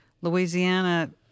Louisiana